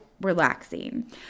relaxing